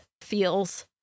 feels